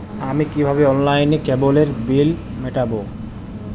আমি কিভাবে অনলাইনে কেবলের বিল মেটাবো?